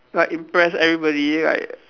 like impress everybody like